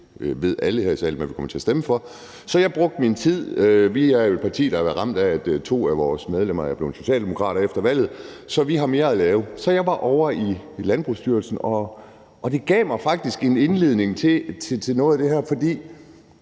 Alle her i salen ved, hvad vi kommer til at stemme om, så jeg brugte min tid – vi er jo et parti, der er ramt af, at to af vores medlemmer er blevet socialdemokrater efter valget, og derfor har vi mere at lave – ovre i Landbrugsstyrelsen, og det gav mig faktisk indledningen til noget af det her. For